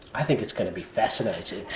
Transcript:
i think it's going to be fascinating.